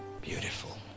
Beautiful